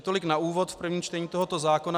Tolik na úvod v prvním čtení tohoto zákona.